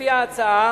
לפי ההצעה,